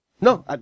No